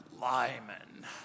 Lyman